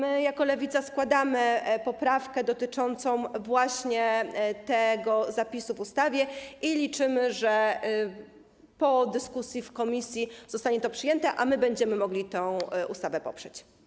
My jako Lewica składamy poprawkę dotyczącą właśnie tego zapisu w ustawie i liczymy na to, że po dyskusji w komisji zostanie to przyjęte, a my będziemy mogli tę ustawę poprzeć.